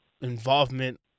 involvement